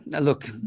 look